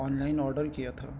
on line order کیا تھا